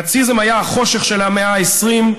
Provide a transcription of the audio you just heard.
הנאציזם היה החושך של המאה ה-20,